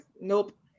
nope